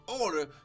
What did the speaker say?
order